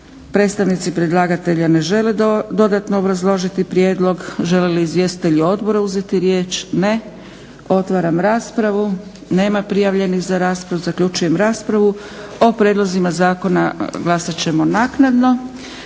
Predstavnici predlagatelja ne žele dodatno obrazložiti prijedlog. Žele li izvjestitelji odbora uzeti riječ? Ne. Otvaram raspravu. Nema prijavljenih za raspravu. Zaključujem raspravu. O prijedlozima zakona glasat ćemo naknadno.